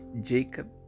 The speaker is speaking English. Jacob